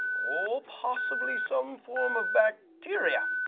or possibly some form of bacteria,